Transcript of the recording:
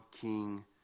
King